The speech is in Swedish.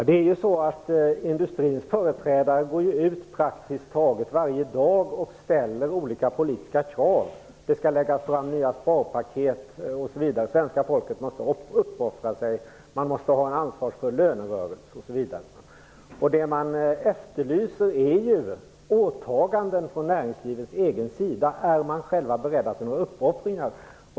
Herr talman! Industrins företrädare går ju praktiskt taget varje dag ut med olika politiska krav. Det skall läggas fram nya sparpaket osv. Svenska folket måste uppoffra sig. Det måste föras en ansvarsfull lönerörelse osv. Det som jag efterlyser är åtaganden från näringslivets egen sida. Är man där själv beredd till några uppoffringar?